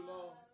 Lord